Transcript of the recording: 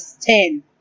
ten